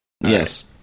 Yes